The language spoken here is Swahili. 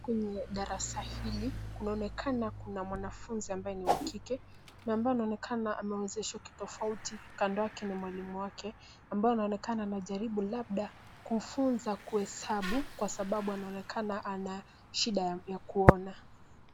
Kwenye darasa hili, kunaonekana kuna mwanafunzi ambaye ni wa kike na ambaye anaonekana amewezeshwa kitofauti. Kando yake ni mwalimu wake ambaye anaonekana anajaribu labda kumfunza kuhesabu kwa sababu anaonekana ana shida ya kuona.